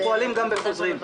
אנחנו פועלים גם בחוזרים.